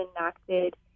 enacted